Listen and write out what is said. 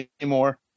anymore